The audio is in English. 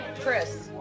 Chris